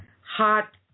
hot